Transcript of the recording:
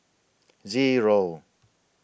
Zero